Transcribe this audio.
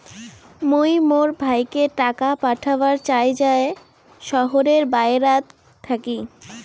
মুই মোর ভাইকে টাকা পাঠাবার চাই য়ায় শহরের বাহেরাত থাকি